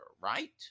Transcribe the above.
right